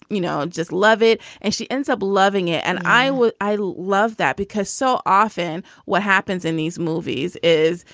you know, just love it. and she ends up loving it. and i will. i love that. because so often what happens in these movies is,